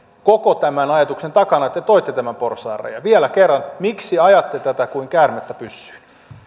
koko tämän ajatuksen takana kun te toitte tämän porsaanreiän vielä kerran miksi ajatte tätä kuin käärmettä pyssyyn